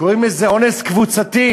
קוראים לזה "אונס קבוצתי",